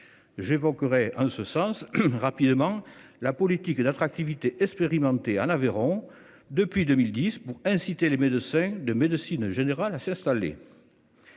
j'évoquerai rapidement la politique d'attractivité expérimentée en Aveyron depuis 2010 pour inciter les médecins de médecine générale à s'installer.